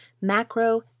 Macro